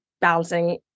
balancing